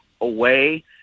away